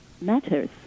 matters